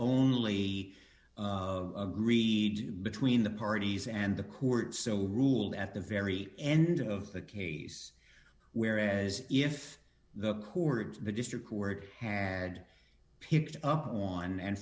only read between the parties and the court so ruled at the very end of the case whereas if the chords the district court had picked up on and